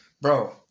Bro